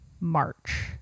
march